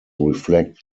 reflect